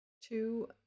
two